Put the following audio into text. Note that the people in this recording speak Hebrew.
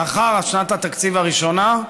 לאחר שנת התקציב הראשונה,